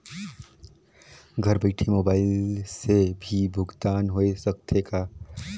घर बइठे मोबाईल से भी भुगतान होय सकथे का?